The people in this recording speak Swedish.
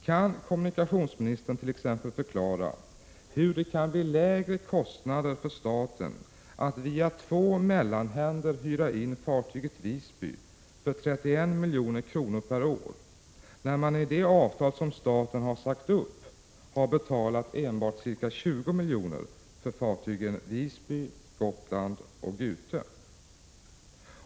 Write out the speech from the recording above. Kan kommunikationsministern t.ex. förklara hur kostnaderna kan bli lägre för staten att via två mellanhänder hyra in fartyget M/S Visby för 31 milj.kr. per år, när man i det avtal som staten sade upp betalade enbart ca 20 milj.kr. för fartygen Visby, Gotland och Gute?